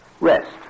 Rest